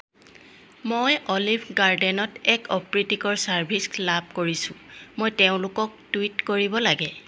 মই অ'লিভ গাৰ্ডেনত এক অপ্ৰীতিকৰ চাৰ্ভিছ লাভ কৰিছোঁ মই তেওঁলোকক টুইট কৰিব লাগে